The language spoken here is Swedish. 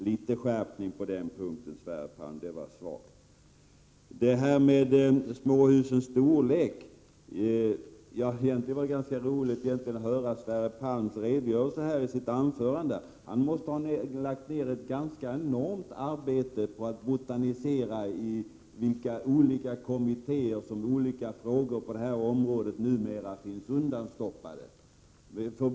Det var svagt, Sverre Palm, och jag ber om litet skärpning på den punkten. Det var egentligen ganska roligt att höra Sverre Palms redogörelse i fråga om småhusens storlek. Han måste ha lagt ner ett enormt stort arbete på att botanisera i de olika kommittéer där frågor på detta område numera finns undanstoppade.